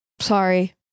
Sorry